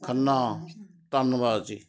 ਖੰਨਾ ਧੰਨਵਾਦ ਜੀ